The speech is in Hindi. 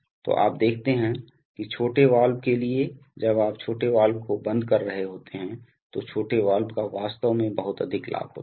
तो आप देखते हैं कि छोटे वाल्व के लिए जब आप छोटे वाल्व को बंद कर रहे होते हैं तो छोटे वाल्व का वास्तव में बहुत अधिक लाभ होता है